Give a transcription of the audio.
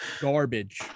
Garbage